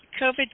COVID